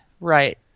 Right